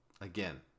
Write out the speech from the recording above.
again